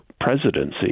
Presidency